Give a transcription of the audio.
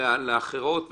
לאחרות ולאחרים,